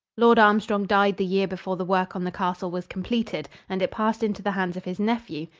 lord armstrong died the year before the work on the castle was completed and it passed into the hands of his nephew.